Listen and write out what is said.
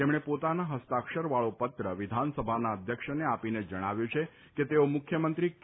તેમણે પોતાના હસ્તાક્ષર વાળો પત્ર વિધાનસભાના અધ્યક્ષને આપીને જણાવ્યું છે કે તેઓ મુખ્યમંત્રી કે